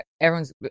everyone's